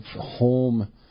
home